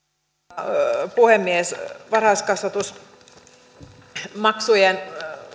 arvoisa puhemies varhaiskasvatusmaksujen